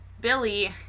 Billy